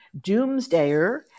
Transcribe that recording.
doomsdayer